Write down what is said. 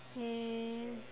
and